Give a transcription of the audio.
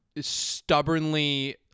stubbornly